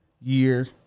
year